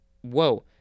Whoa